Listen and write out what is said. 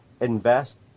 invest